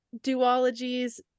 duologies